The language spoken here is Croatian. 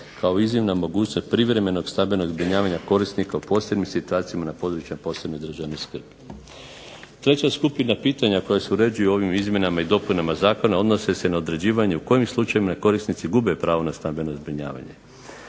kao iznimna mogućnost privremenog stambenog zbrinjavanja korisnika u posebnim situacijama na područjima posebne državne skrbi. Treća skupina pitanja koja se uređuju ovim izmjenama i dopunama zakona odnose se na određivanje u kojim slučajevima korisnici gube pravo na stambeno zbrinjavanje.